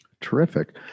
Terrific